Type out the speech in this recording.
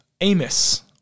Amos